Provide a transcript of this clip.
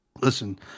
listen